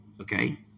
Okay